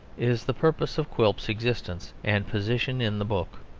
is the purpose of quilp's existence and position in the book.